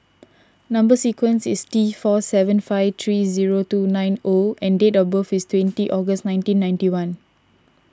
Number Sequence is T four seven five three zero two nine O and date of birth is twenty August nineteen ninety one